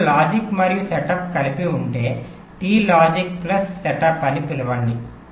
ఇప్పుడు లాజిక్ మరియు సెటప్ కలిపి ఉంటే టి లాజిక్ ప్లస్ సెటప్ అని పిలవండి